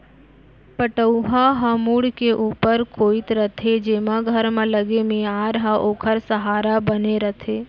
पटउहां ह मुंड़ के ऊपर कोइत रथे जेमा घर म लगे मियार ह ओखर सहारा बने रथे